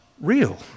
real